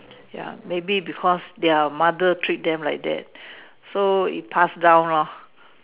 ya maybe because their mother treat them like that so it pass down lor